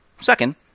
Second